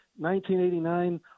1989